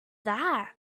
that